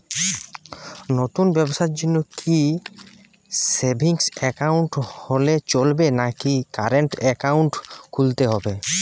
নতুন ব্যবসার জন্যে কি সেভিংস একাউন্ট হলে চলবে নাকি কারেন্ট একাউন্ট খুলতে হবে?